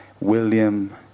William